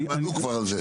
הם כבר ענו על זה.